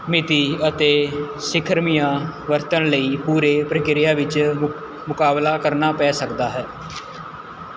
ਮਿਤੀ ਅਤੇ ਸਿਖਰਮੀਆਂ ਵਰਤਣ ਲਈ ਪੂਰੇ ਪ੍ਰਕਿਰਿਆ ਵਿੱਚ ਮੁਕ ਮੁਕਾਬਲਾ ਕਰਨਾ ਪੈ ਸਕਦਾ ਹੈ